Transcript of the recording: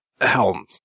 Helm